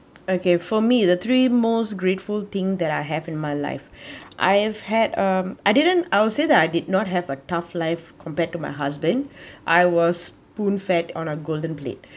okay for me the three most grateful thing that I have in my life I have had um I didn't I would say that I did not have a tough life compared to my husband I was spoon-fed on a golden plate